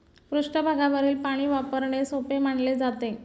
पृष्ठभागावरील पाणी वापरणे सोपे मानले जाते